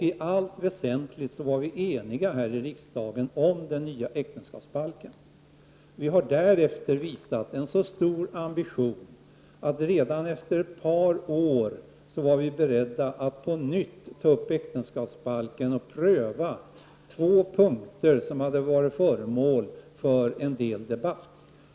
I allt väsentligt var riksdagen enig om den nya äktenskapsbalken. Vi har därefter visat en så stor ambition att vi redan efter ett par år var beredda att på nytt ta upp äktenskapsbalken och pröva två punkter som varit föremål för debatt.